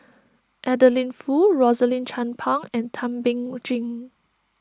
Adeline Foo Rosaline Chan Pang and Thum Ping Tjin